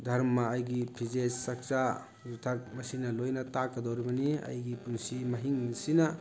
ꯙꯔꯃ ꯑꯩꯒꯤ ꯐꯤꯖꯦꯠ ꯆꯛꯆꯥ ꯌꯨꯊꯛ ꯃꯁꯤꯅ ꯂꯣꯏꯅ ꯇꯥꯛꯀꯗꯧꯔꯤꯕꯅꯤ ꯑꯩꯒꯤ ꯄꯨꯟꯁꯤ ꯃꯍꯤꯡ ꯑꯁꯤꯅ